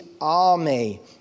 army